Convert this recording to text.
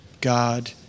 God